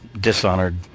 Dishonored